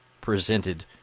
presented